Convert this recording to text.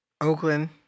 Oakland